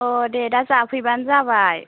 औ दे दा जाफैबानो जाबाय